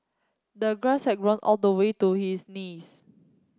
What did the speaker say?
the grass had grown all the way to his knees